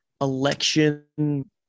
election